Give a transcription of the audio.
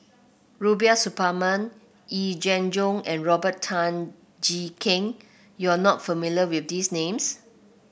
Rubiah Suparman Yee Jenn Jong and Robert Tan Jee Keng you are not familiar with these names